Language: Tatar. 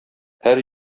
һәр